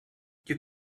you